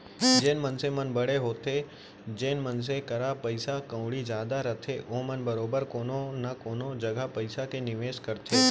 जेन मनसे मन बड़े होथे जेन मनसे करा पइसा कउड़ी जादा रथे ओमन बरोबर कोनो न कोनो जघा पइसा के निवेस करथे